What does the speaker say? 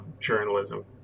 journalism